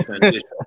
transition